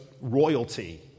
royalty